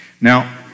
Now